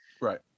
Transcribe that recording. Right